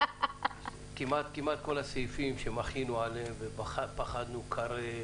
הכספים --- כמעט כל הסעיפים שמחינו נגדם ופחדנו קרב,